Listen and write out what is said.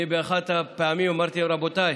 באחת מהפעמים אמרתי: רבותיי,